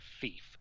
thief